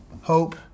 hope